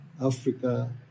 Africa